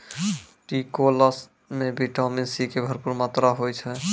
टिकोला मॅ vitamin C के भरपूर मात्रा होय छै